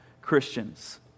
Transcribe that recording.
Christians